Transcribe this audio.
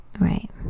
right